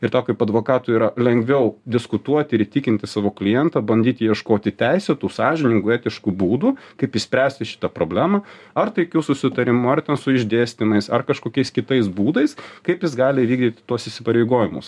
ir tau kaip advokatui yra lengviau diskutuoti ir įtikinti savo klientą bandyti ieškoti teisėtų sąžiningų etiškų būdų kaip išspręsti šitą problemą ar taikiu susitarimu ar ten su išdėstymais ar kažkokiais kitais būdais kaip jis gali įvykdyti tuos įsipareigojimus